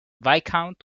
viscount